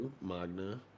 Magna